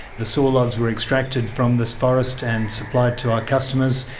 the sawlogs were extracted from this forest and supplied to our customers.